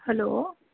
hello